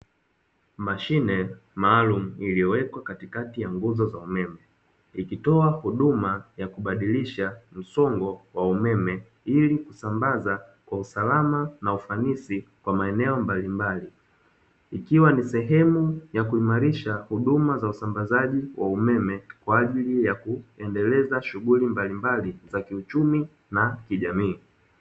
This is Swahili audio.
Mashine maalumu iliyowekwa katikati ya nguzo za umeme, ikitoa huduma ya kubadilisha msongo wa umeme, ili kusambaza kwa usalama na ufanisi kwa maeneo mbalimbali. Ikiwa ni sehemu ya kuimarisha huduma za usambazaji wa umeme, kwa ajili ya kuendeleza shughuli mbalimbali za kiuchumi na kijamii.